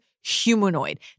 humanoid